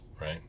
right